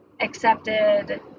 accepted